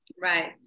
Right